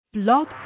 Blog